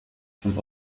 zum